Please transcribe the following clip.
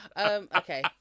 Okay